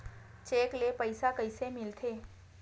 Cheque ले पईसा कइसे मिलथे?